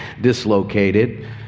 dislocated